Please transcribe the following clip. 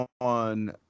on